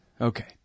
Okay